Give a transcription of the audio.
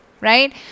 right